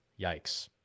yikes